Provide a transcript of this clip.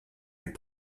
est